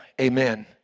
Amen